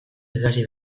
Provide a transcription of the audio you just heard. ikasi